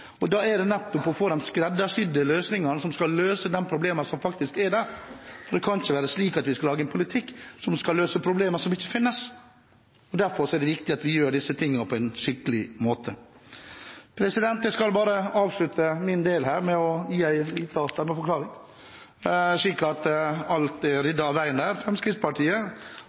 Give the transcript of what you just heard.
man da skal sette i verk, må være tilpasset den virkeligheten som vi befinner oss i, nettopp å få de skreddersydde løsningene som skal løse de problemene som faktisk er der. Det kan ikke være slik at vi skal lage en politikk som skal løse problemer som ikke finnes. Derfor er det viktig at vi gjør disse tingene på en skikkelig måte. Jeg skal bare avslutte denne delen med å gi en liten stemmeforklaring, slik at alt er ryddet av veien. Fremskrittspartiet